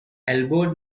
elbowed